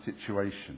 situation